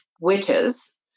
witches